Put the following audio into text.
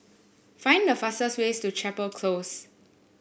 find the fastest ways to Chapel Close